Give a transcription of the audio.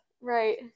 Right